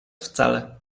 wcale